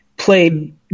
played